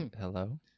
Hello